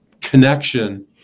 connection